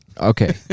Okay